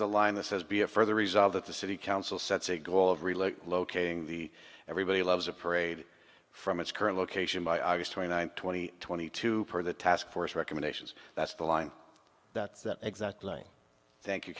the line that says be a further resolve that the city council sets a goal of locating the everybody loves a parade from its current location by august twenty ninth twenty twenty two for the task force recommendations that's the line that's the exact line thank you